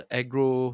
agro